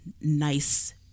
nice